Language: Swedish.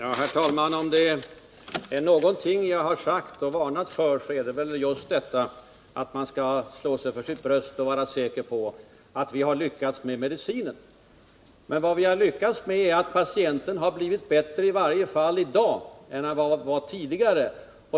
Herr talman! Om det är någonting jag har varnat för så är det just detta att slå sig för bröstet och vara säker på att vi har lyckats med medicinen. Men vad vi har lyckats med är i varje fall att patienten i dag är bättre än vad han var tidigare.